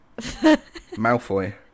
Malfoy